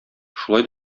шулай